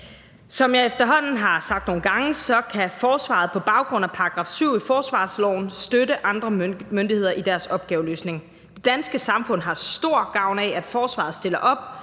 Som jeg efterhånden har sagt nogle gange, kan forsvaret på baggrund af § 7 i forsvarsloven støtte andre myndigheder i deres opgaveløsning. Det danske samfund har stor gavn af, at forsvaret stiller op,